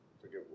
forget